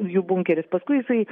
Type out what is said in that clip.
jų bunkeris paskui jisai